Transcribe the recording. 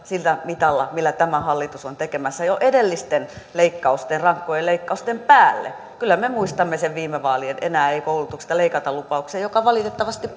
sillä mitalla millä tämä hallitus on tekemässä jo edellisten leikkausten rankkojen leikkausten päälle kyllä me muistamme sen viime vaalien enää ei koulutuksesta leikata lupauksen joka valitettavasti